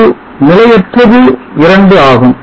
இது நிலையற்றது 2 ஆகும்